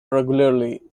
regularly